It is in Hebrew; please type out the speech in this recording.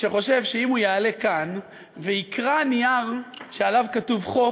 שחושב שאם הוא יעלה כאן ויקרע נייר שעליו כתוב חוק,